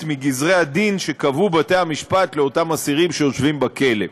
מגזרי הדין שקבעו בתי-המשפט לאסירים שיושבים בכלא.